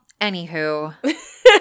anywho